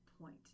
point